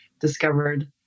discovered